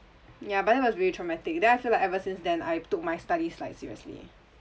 ya but then it was really traumatic then I feel like ever since then I took my studies like seriously